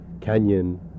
Canyon